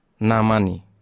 Namani